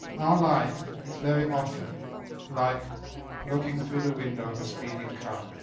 our life is very often like looking through the window of a speeding car.